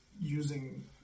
using